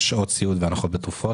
למשל שעות סיעוד והטבות בתרופות,